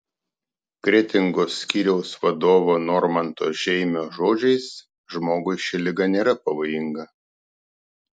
kretingos skyriaus vadovo normanto žeimio žodžiais žmogui ši liga nėra pavojinga